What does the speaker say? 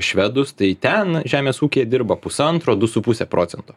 švedus tai ten žemės ūkyje dirba pusantro du su puse procento